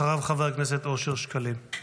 אחריו, חבר הכנסת אושר שקלים.